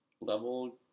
level